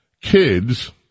kids